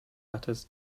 letters